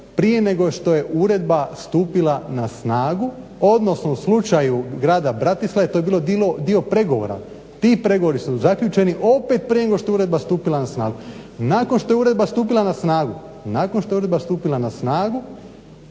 prije nego što je uredba stupila na snagu, odnosno u slučaju Grada Bratislave to je bilo dio pregovora. Ti pregovori su zaključeni opet prije nego što je uredba stupila na snagu. Nakon što je uredba stupila na snagu